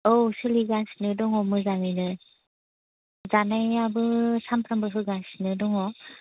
औ सोलागासिनो दङ मोजाङैनो जानायाबो सानफ्रोमबो होगासिनो दङ